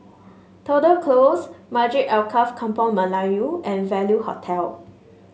Tudor Close Masjid Alkaff Kampung Melayu and Value Hotel